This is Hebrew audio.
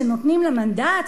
שנותנים לה מנדט,